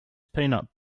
peanut